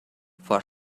for